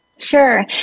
Sure